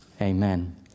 amen